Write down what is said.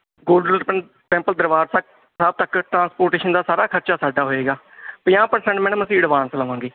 ਗੋਲਡਲ ਟੰਪ ਟੈਂਪਲ ਦਰਬਾਰ ਤੱਕ ਸਾਹਿਬ ਤੱਕ ਟਰਾਂਸਪੋਰਟੇਸ਼ਨ ਦਾ ਸਾਰਾ ਖਰਚਾ ਸਾਡਾ ਹੋਏਗਾ ਪੰਜਾਹ ਪਰਸੇੰਟ ਮੈਡਮ ਅਸੀਂ ਐਡਵਾਂਸ ਲਵਾਂਗੇ